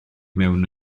mewn